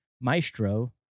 Maestro